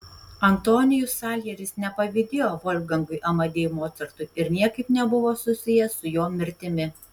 antonijus saljeris nepavydėjo volfgangui amadėjui mocartui ir niekaip nebuvo susijęs su jo mirtimi